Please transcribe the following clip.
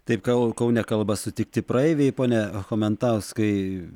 taip kal kaune kalba sutikti praeiviai pone chomentauskai